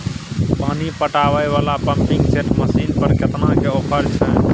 पानी पटावय वाला पंपिंग सेट मसीन पर केतना के ऑफर छैय?